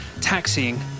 taxiing